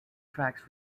tracks